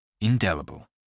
Indelible